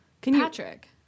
Patrick